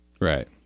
Right